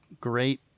great